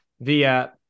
via